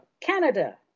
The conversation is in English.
Canada